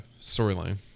storyline